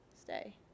stay